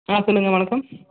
ஆ சொல்லுங்கள் வணக்கம்